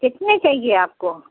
कितने चाहिए आपको